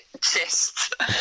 chest